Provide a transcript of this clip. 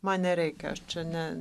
man nereikia aš čia ne